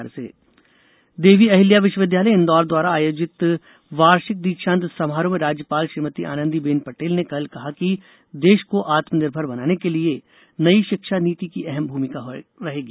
दीक्षांत समारोह देवी अहिल्या विश्वविद्यालय इंदौर द्वारा आयोजित वार्षिक दीक्षांत समारोह में राज्यपाल श्रीमती आनंदी बेन पटेल ने कल कहा कि देश को आत्म निर्मर बनाने के लिये नई शिक्षा नीति की अहम भूमिका रहेगी